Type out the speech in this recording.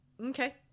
Okay